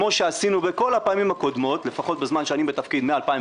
כמו שעשינו בכל הפעמים הקודמות לפחות בזמן שאני בתפקיד מ-2015,